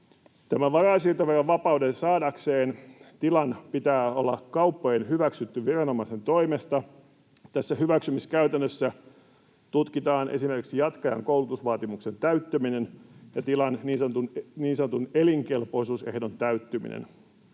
varainsiirtoverovapauden saadakseen tilakauppojen pitää olla hyväksytty viranomaisten toimesta. Tässä hyväksymiskäytännössä tutkitaan esimerkiksi jatkajan koulutusvaatimuksen täyttyminen ja tilan niin sanotun elinkelpoisuusehdon täyttyminen.